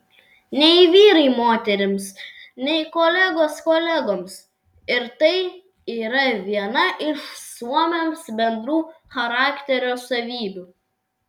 nei vyrai moterims nei kolegos kolegoms ir tai yra viena iš suomiams bendrų charakterio savybių